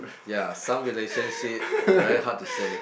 ya some relationship very hard to say